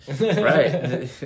right